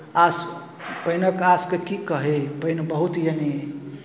आश पानिक आशके की कही पानि बहुत यानि